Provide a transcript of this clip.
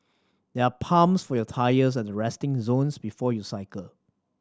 there are pumps for your tyres at the resting zones before you cycle